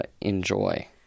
enjoy